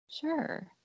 sure